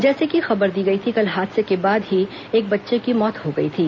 जैसे की खबर दी गई थी कल हादसे के बाद ही एक बच्चे की मौत हो गई थी